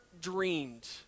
dreamed